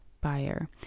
buyer